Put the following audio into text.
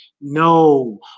No